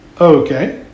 Okay